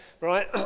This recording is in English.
right